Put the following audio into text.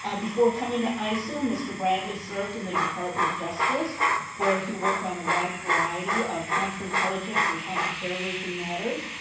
ah before coming to isoo, mr. bradley served in the department of justice where he worked on a wide variety of counterintelligence and counterterrorism matters.